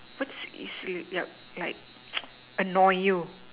what's is your yup like annoy you